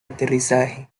aterrizaje